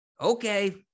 Okay